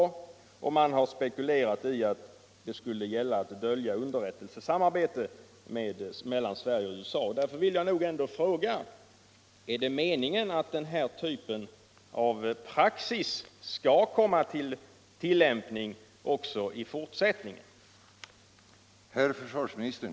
och man har spekulerat i att det skullte gälla att dölja ett underrättelsesamarbete mellan Sverige och USA. Därför vill jag ändå fråga: Är det meningen att den här typen av praxis skall komma i tillämpning också i fortsättningen?